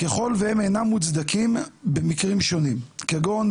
ככל והם אינם מוצדקים במקרים שונים כגון: